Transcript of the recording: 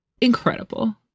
incredible